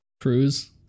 Cruise